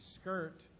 skirt